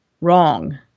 Wrong